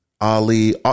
Ali